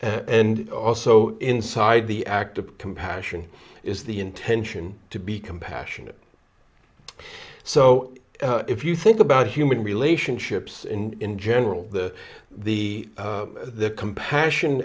and also inside the act of compassion is the intention to be compassionate so if you think about human relationships in general the the the compassion